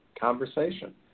conversation